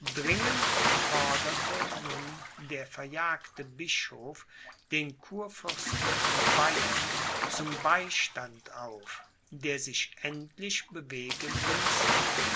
dringend forderte nun der verjagte bischof den kurfürsten von bayern zum beistand auf der sich endlich bewegen ließ